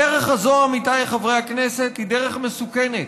הדרך הזו, עמיתיי חברי הכנסת, היא דרך מסוכנת.